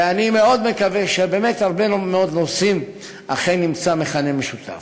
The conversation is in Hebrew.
ואני מאוד מקווה שבאמת בהרבה מאוד נושאים אכן נמצא מכנה משותף.